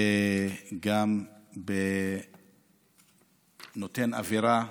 וגם נותן אווירה טובה,